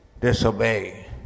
disobey